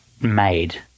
made